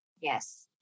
Yes